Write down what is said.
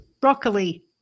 broccoli